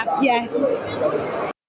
yes